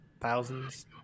thousands